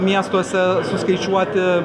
miestuose suskaičiuoti